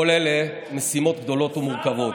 כל אלה משימות גדולות ומורכבות.